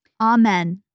Amen